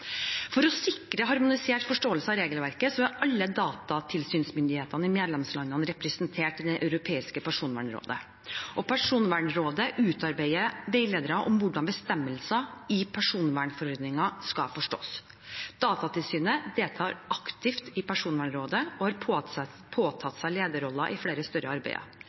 For å sikre harmonisert forståelse av regelverket er alle datatilsynsmyndighetene i medlemslandene representert i Det europeiske personvernråd. Personvernrådet utarbeider veiledere om hvordan bestemmelser i personvernforordningen skal forstås. Datatilsynet deltar aktivt i Personvernrådet, og har påtatt seg lederroller i flere større